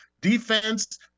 defense